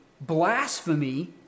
blasphemy